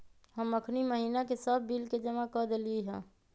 हम अखनी महिना के सभ बिल के जमा कऽ देलियइ ह